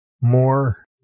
more